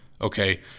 Okay